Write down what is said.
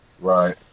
Right